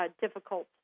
Difficult